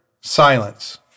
Silence